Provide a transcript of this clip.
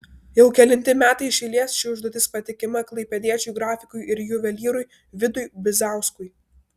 jau kelinti metai iš eilės ši užduotis patikima klaipėdiečiui grafikui ir juvelyrui vidui bizauskui